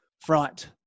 front